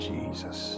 Jesus